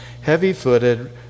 heavy-footed